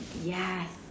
Yes